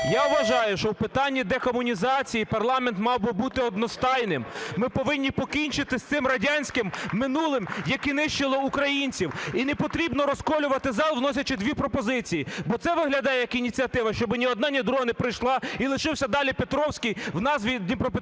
Я вважаю, що в питанні декомунізації парламент мав би бути одностайним, ми повинні покінчити з цим радянським минулим, які нищили українців. І не потрібно розколювати зал, вносячи дві пропозиції, бо це виглядає як ініціатива, щоби ні одна, ні друга не пройшла, і лишився далі Петровський в назві Дніпропетровської